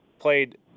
Played